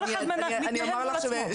כל אחד מתנהל מול עצמו.